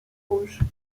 rouges